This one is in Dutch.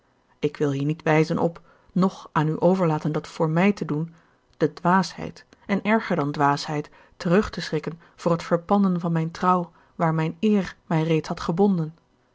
ik wil hier niet wijzen op noch aan u overlaten dat voor mij te doen de dwaasheid en erger dan dwaasheid terug te schrikken voor het verpanden van mijn trouw waar mijn eer mij reeds had gebonden